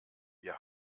wir